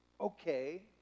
okay